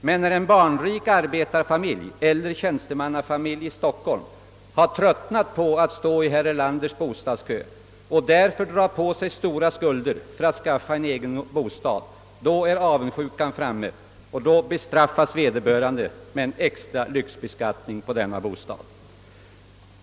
Men när en barnrik arbetareller tjänstemannafamilj i Stockholm har tröttnat på att stå i herr Erlanders bostadskö och därför drar på sig stora skulder för att skaffa en egen bostad, då är avundsjukan framme. Då bestraffas vederbörande med en extra lyxbeskattning på den bostaden.